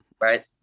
right